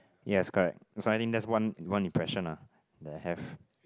yes correct so I think that's one one impression lah that I have